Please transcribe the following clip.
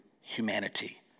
humanity